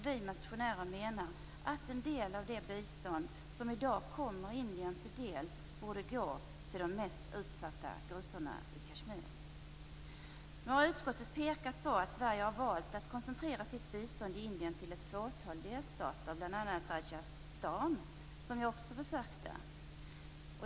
Vi motionärer menar att en del av det bistånd som i dag kommer Indien till del borde gå till de mest utsatta grupperna i Kashmir. Nu pekar utskottet på att Sverige har valt att koncentrera sitt bistånd i Indien till ett fåtal delstater - bl.a. Rajasthan, som jag också besökte.